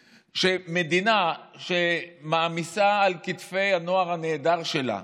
מדינה שמעמיסה על כתפי הנוער הנהדר שלה